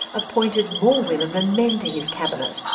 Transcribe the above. appointed more women than men to his cabinet.